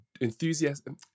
enthusiasm